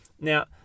Now